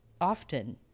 often